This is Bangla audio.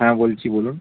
হ্যাঁ বলছি বলুন